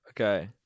Okay